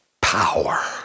power